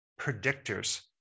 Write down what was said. predictors